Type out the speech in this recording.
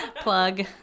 Plug